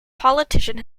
politician